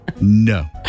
No